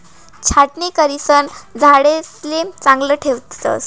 छाटणी करिसन झाडेसले चांगलं ठेवतस